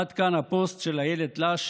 עד כאן הפוסט של איילת לאש